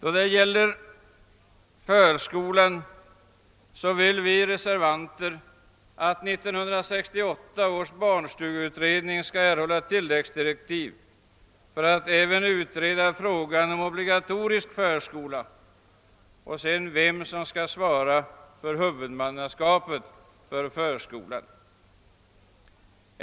Beträffande förskolan vill vi reservanter att 1968 års barnstugeutredning skall erhålla tilläggsdirektiv för att även utreda frågan om obligatorisk förskola och spörsmålet om vem som skall svara för huvudmannaskapet.